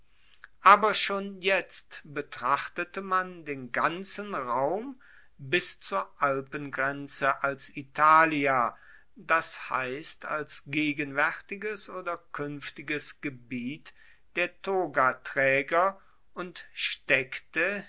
aber schon jetzt betrachtete man den ganzen raum bis zur alpengrenze als italia das heisst als gegenwaertiges oder kuenftiges gebiet der togatraeger und steckte